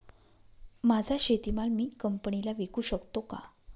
माझा शेतीमाल मी कंपनीला विकू शकतो का?